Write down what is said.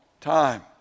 time